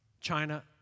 China